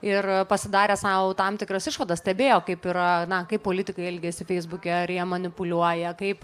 ir pasidarė sau tam tikras išvadas stebėjo kaip yra na kaip politikai elgiasi feisbuke ar jie manipuliuoja kaip